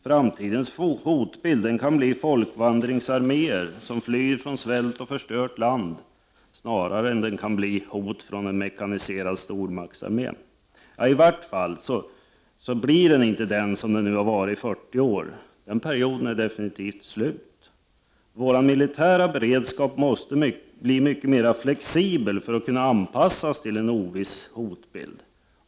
Framtidens hotbild kan bli folkvandringsarméer som flyr från svält och förstört land snarare än hot från en mekaniserad stormaktsarmé. I varje fall kommer hotbilden inte att vara så som den har varit de senaste 40 åren. Den perioden är definitivt slut. Vår militära beredskap måste bli mycket mera flexibel för att kunna anpassas till en oviss hotbild.